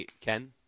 Ken